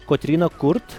kotryna kurt